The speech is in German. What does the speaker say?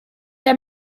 der